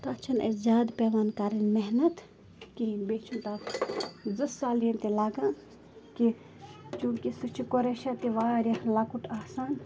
تَتھ چھَنہٕ اسہِ زیادٕ پیٚوان کَرٕنۍ محنت کِہیٖنۍ بیٚیہِ چھِنہٕ تتھ زٕ سَلیَن تہِ لَگان کیٚنٛہہ چوٗنٛکہِ سُہ چھِ قوریشو تہِ واریاہ لوٚکُٹ آسان